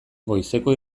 goizeko